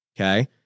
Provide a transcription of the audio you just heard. okay